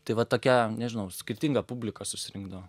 tai va tokia nežinau skirtinga publika susirinkdavo